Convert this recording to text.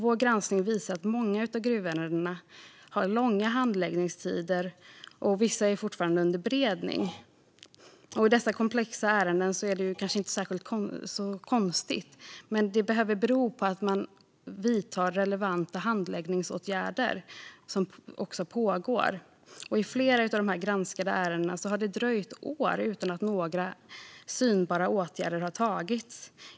Vår granskning visar att många av gruvärendena har långa handläggningstider, och vissa är fortfarande under beredning. I dessa komplexa ärenden är det kanske inte särskilt konstigt, men det behöver bero på att relevanta handläggningsåtgärder pågår. I flera av de granskade ärendena har det dröjt år utan att några synbara åtgärder har vidtagits.